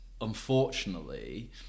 unfortunately